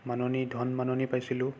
মাননি ধন মাননি পাইছিলোঁ